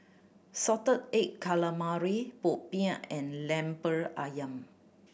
salted egg calamari popiah and Lemper Ayam